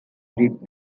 rip